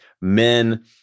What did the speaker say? Men